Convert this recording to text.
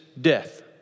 death